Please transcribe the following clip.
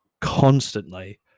constantly